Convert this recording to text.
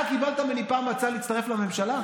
אתה קיבלת ממני פעם הצעה להצטרף לממשלה?